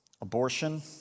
Abortion